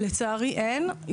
לצערי אין.